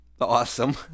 Awesome